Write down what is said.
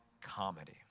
comedy